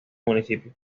municipio